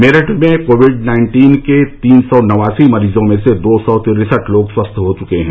मेरठ में COVID nineteen के तीन सौ नवासी मरीजों में से दो सौ तिरसठ लोग स्वस्थ हो चुके हैं